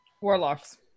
Warlocks